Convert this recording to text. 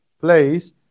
place